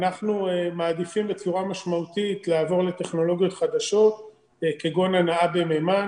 אנחנו מעדיפים בצורה משמעותית לעבור לטכנולוגיות חדשות כגון הנעה במימן.